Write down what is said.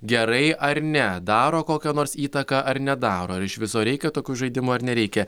gerai ar ne daro kokią nors įtaką ar nedaro ar iš viso reikia tokių žaidimų ar nereikia